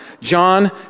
John